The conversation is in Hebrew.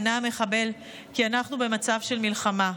ענה המחבל: "כי אנחנו במצב של מלחמה".